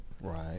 Right